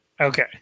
Okay